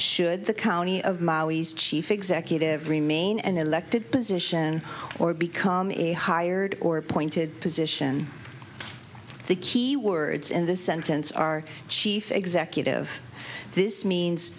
should the county of maui's chief executive remain an elected position or become a hired or appointed position the key words in this sentence are chief executive this means